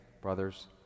brothers